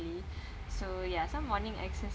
properly so ya some morning